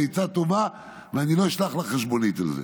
זו עצה טובה ואני לא אשלח לך חשבונית על זה.